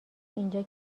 اینجا